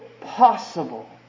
possible